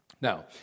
now